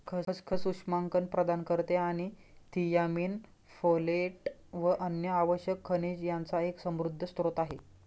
खसखस उष्मांक प्रदान करते आणि थियामीन, फोलेट व अन्य आवश्यक खनिज यांचा एक समृद्ध स्त्रोत आहे